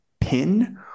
pin